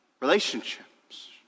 relationships